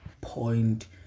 point